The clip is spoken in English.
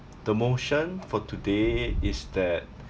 the motion for today is that